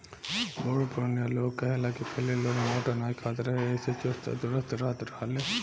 बुढ़ पुरानिया लोग कहे ला की पहिले लोग मोट अनाज खात रहे एही से चुस्त आ दुरुस्त रहत रहे